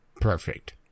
perfect